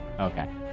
Okay